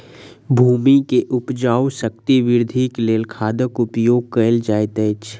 भूमि के उपजाऊ शक्ति वृद्धिक लेल खादक उपयोग कयल जाइत अछि